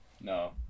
No